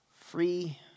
free